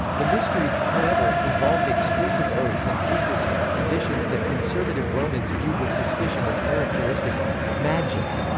the mysteries, however, involved exclusive oaths and secrecy, conditions that conservative romans viewed with suspicion as characteristic of magic,